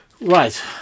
Right